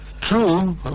True